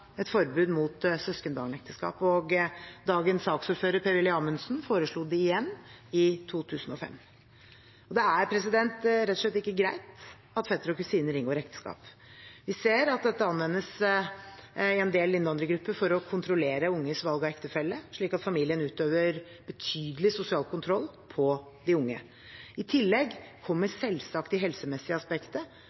et forbud mot søskenbarnekteskap, og dagens saksordfører, Per-Willy Amundsen, foreslo det igjen i 2005. Det er rett og slett ikke greit at fetter og kusine inngår ekteskap. Vi ser at dette anvendes i en del innvandrergrupper for å kontrollere unges valg av ektefelle, slik at familien utøver betydelig sosial kontroll over de unge. I tillegg kommer selvsagt det helsemessige aspektet